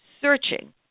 searching